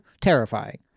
terrifying